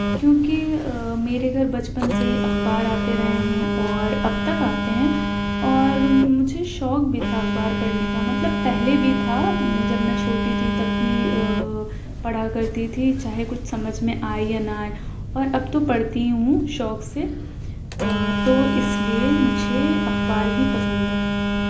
کیونکہ میرے گھر بچپن سے اخبار آتے رہے ہیں اور اب تک آتے ہیں اور مجھے شوق بھی تھا اخبار پڑھنے کا مطلب پہلے بھی تھا جب میں چھوٹی تھی تب بھی پڑھا کرتی تھی چاہے کچھ سمجھ میں آئے یا نہ آئے اور اب تو پڑھتی ہوں شوق سے تو اس لیے مجھے اخبار ہی پسند ہے